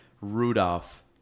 Rudolph